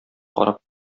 карап